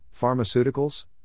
pharmaceuticals